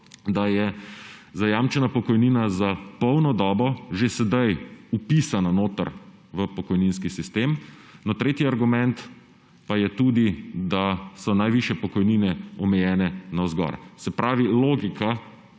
da je zajamčena pokojnina za polno dobo že sedaj vpisana v pokojninski sistem. Tretji argument pa je, da so najvišje pokojnine omejene navzgor. Se pravi, logika,